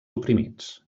oprimits